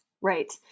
right